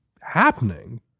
happening